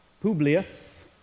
Publius